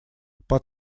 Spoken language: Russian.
под